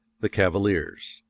the cavaliers.